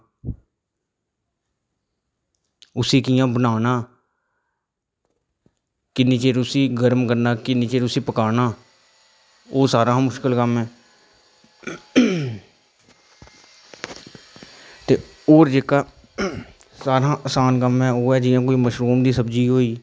उसी कियां बनाना किन्ने चिर उसी गर्म करना ते किन्ने चिर उसी पकाना ओह् सारें कशा मुश्कल कम्म ऐ ते ते होर जेह्का सारें कशा आसान कम्म ऐ ओह् जेह्का जियां कोई मशरूम दी सब्ज़ी होई